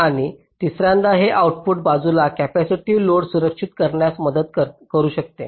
आणि तिसर्यांदा हे आउटपुट बाजूला कॅपेसिटिव्ह लोड संरक्षित करण्यास मदत करू शकते